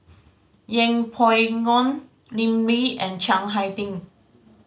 Yeng Pway Ngon Lim Lee and Chiang Hai Ding